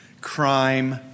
crime